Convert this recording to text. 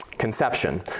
conception